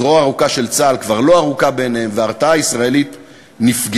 הזרוע הארוכה של צה"ל כבר לא ארוכה בעיניהן וההרתעה הישראלית נפגעה.